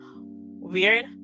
weird